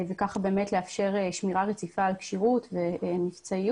וכך באמת לאפשר שמירה רציפה על כשירות ומבצעיות.